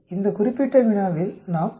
இந்த குறிப்பிட்ட வினாவில் நாம் 125